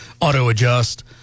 auto-adjust